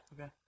Okay